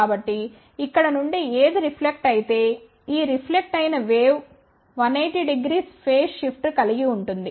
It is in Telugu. కాబట్టి ఇక్కడ నుండి ఏది రిఫ్లెక్ట్ అయితే ఈ రిఫ్లెక్ట్ అయిన వేవ్ 1800 ఫేజ్ షిఫ్ట్ కలిగి ఉంటుంది